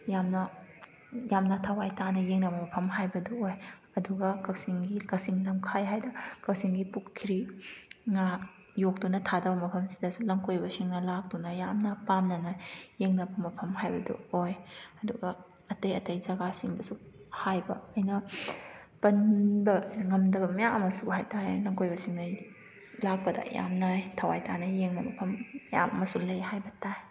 ꯌꯥꯝꯅ ꯌꯥꯝꯅ ꯊꯋꯥꯏ ꯇꯥꯅ ꯌꯦꯡꯅꯕ ꯃꯐꯝ ꯍꯥꯏꯕꯗꯨ ꯑꯣꯏ ꯑꯗꯨꯒ ꯀꯛꯆꯤꯡꯒꯤ ꯀꯛꯆꯤꯡ ꯂꯝꯈꯥꯏ ꯍꯥꯏꯗꯅ ꯀꯛꯆꯤꯡꯒꯤ ꯄꯨꯈ꯭ꯔꯤ ꯉꯥ ꯌꯣꯛꯇꯨꯅ ꯊꯥꯗꯕ ꯃꯐꯝꯁꯤꯗꯁꯨ ꯂꯝꯀꯣꯏꯕꯁꯤꯡꯅ ꯂꯥꯛꯇꯨꯅ ꯌꯥꯝꯅ ꯄꯥꯝꯅꯅ ꯌꯦꯡꯅꯕ ꯃꯐꯝ ꯍꯥꯏꯕꯗꯨ ꯑꯣꯏ ꯑꯗꯨꯒ ꯑꯇꯩ ꯑꯇꯩ ꯖꯒꯥꯁꯤꯡꯗꯁꯨ ꯍꯥꯏꯕ ꯑꯩꯅ ꯄꯟꯕ ꯉꯝꯗꯕ ꯃꯌꯥꯝ ꯑꯃꯁꯨ ꯍꯥꯏ ꯇꯥꯔꯦ ꯂꯝꯀꯣꯏꯕꯁꯤꯡꯅ ꯂꯥꯛꯄꯗ ꯌꯥꯝꯅ ꯊꯋꯥꯏ ꯇꯥꯅ ꯌꯦꯡꯅꯕ ꯃꯐꯝ ꯃꯌꯥꯝ ꯑꯃꯁꯨ ꯂꯩ ꯍꯥꯏꯕ ꯇꯥꯏ